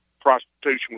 prostitution